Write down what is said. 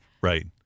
Right